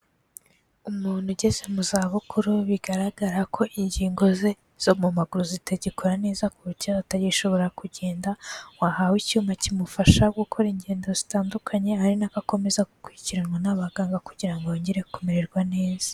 Umuntu ugeze mu zabukuru bigaragara ko ingingo ze zo mu maguru zitagikora neza ku buryo atagishobora kugenda, wahawe icyuma kimufasha gukora ingendo zitandukanye, ari nako akomeza gukurikiranwa n'abaganga kugira ngo yongere kumererwa neza.